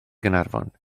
gaernarfon